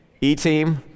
E-team